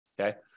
Okay